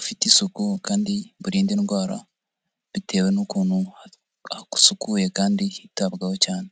ufite isuku kandi burinda indwara bitewe n'kuntu hasukuye kandi hitabwaho cyane.